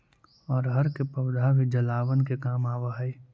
अरहर के पौधा भी जलावन के काम आवऽ हइ